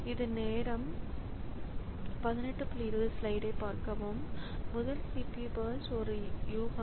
இது நேரம் நேரம் 1820 ஐப் பார்க்கவும் முதல் CPU பர்ஸ்ட் ஒரு யூகம்